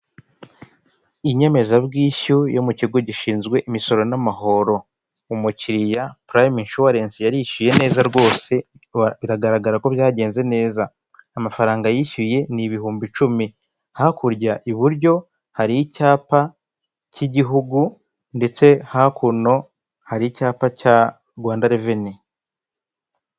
Inyemezabwishyu yo mukigo gishinzwe imisoro n'amahoro umukiriya purayimu inshuwarensi yarishyuye neza rwose biragaragara ko byagenze neza, amafaranga yishyuye ni ibihumbi icumi hakurya iburyo hari icyapa cy'igihugu ndetse hakuno hari icyapa cya Rwanda reveni